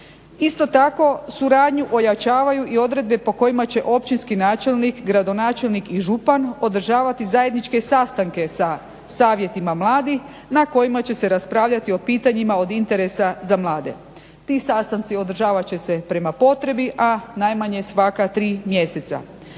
Isto tako, suradnju ojačavaju i odredbe po kojima će općinski načelnik, gradonačelnik i župan održavati zajedničke sastanke sa Savjetima mladih na kojima će se raspravljati o pitanjima od interesa za mlade. Ti sastanci održavat će se prema potrebi, a najmanje svaka tri mjeseca.